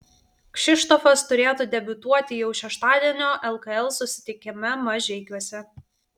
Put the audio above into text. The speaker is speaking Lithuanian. kšištofas turėtų debiutuoti jau šeštadienio lkl susitikime mažeikiuose